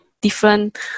different